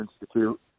Institute